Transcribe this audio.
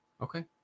okay